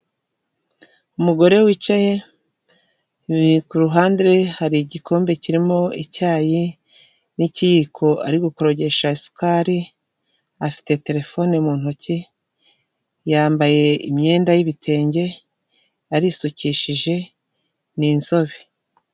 Umugore wicaye ku ruhande rwe hari igikombe kirimo icyayi n'ikiyiko ari gukorogesha isukari, afite terefone mu ntoki, yambaye imyenda y'ibitenge, arisukishije, ni inzobe.